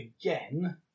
again